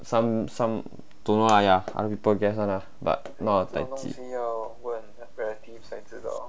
some some don't know lah !aiya! some people guess [one] lah but not our daiji